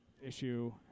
issue